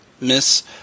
miss